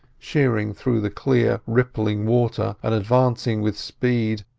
shearing through the clear rippling water, and advancing with speed,